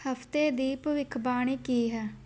ਹਫ਼ਤੇ ਦੀ ਭਵਿੱਖਬਾਣੀ ਕੀ ਹੈ